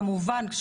כמובן,